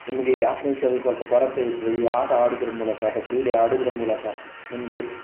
ನಿಮಗೆ ಆತ್ಮವಿಶ್ವಾಸದ ಸ್ವಲ್ಪ ಕೊರತೆ ಇದ್ದರೆ ಈ ಆಟ ಆಡುವುದ್ರ ಮೂಲಕ ಅಥವಾ ಕ್ರೀಡೆ ಆಡುವುದ್ರ ಮೂಲಕ ನಿಮಗೆ